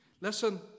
Listen